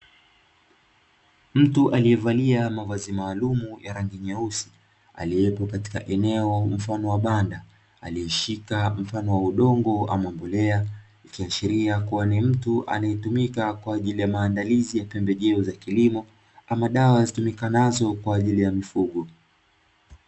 Mtu aliyevalia mavazi maalumu ya rangi nyeusi, aliyepo katika eneo mfano wa banda, aliyeshika mfano wa udongo ama mbolea, ikiashiria kuwa ni mtu anayetumika kwa ajili ya maandalizi ya pembejeo za kilimo, ama dawa zitumikanazo kwa ajili ya mifugo.